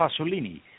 Pasolini